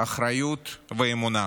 אחריות ואמונה,